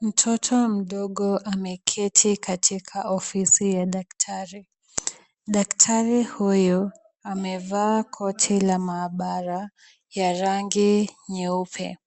Mtoto mdogo ameketi katika ofisi ya daktari. Daktari huyu amevaa koti la maabara ya rangi nyeupe.